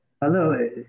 Hello